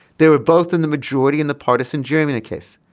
they were both in the majority in the partisan germany case.